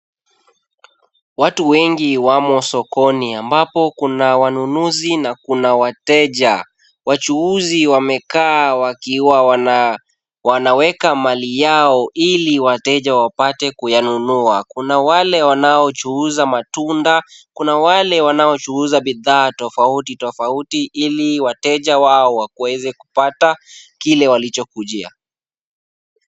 Watu wengi wamo sokoni ambapo kuna wanunuzi na kuna wateja, wachuzi wamekaa wakiwa wanaweka mali yao ili wateja wapate kuyanunua, kuna wale wanaochuza matunda, kuna wale wanaochuza bidhaa tofauti tofauti ili wateja wao wakuweze kupata kile walichokujia.